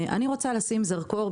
אני רוצה לשים זרקור,